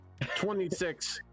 26